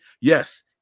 yes